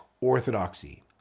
orthodoxy